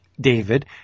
David